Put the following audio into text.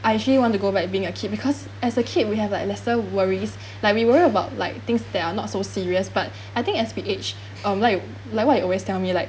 I actually want to go back being a kid because as a kid we have like lesser worries like we worry about like things that are not so serious but I think as we age um like like what you always tell me like